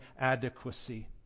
adequacy